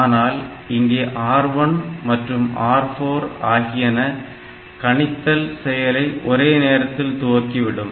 ஆனால் இங்கே R1 மற்றும் R4 ஆகியன கணித்தல் செயலை ஒரே நேரத்தில் துவங்கிவிடும்